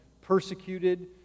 persecuted